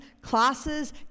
classes